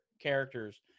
characters